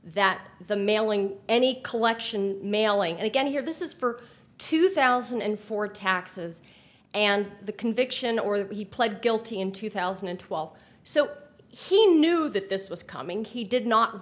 that the mailing any collection mailing again here this is for two thousand and four taxes and the conviction or that he pled guilty in two thousand and twelve so he knew that this was coming he did not